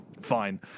Fine